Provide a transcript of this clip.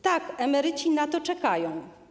Tak, emeryci na to czekają.